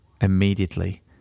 Immediately